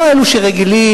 לא אלו שרגילים,